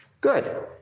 Good